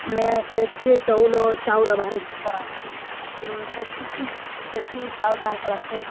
ଆମେ ସେଥିରେ ଚାଉଳ ଚାଉଳ ବାହାର କରସୁଁ ସେଥିରୁ ସେଥିରୁ ଚାଉଳ ବାହାର କରସୁଁ